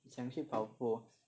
想去跑步